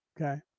Okay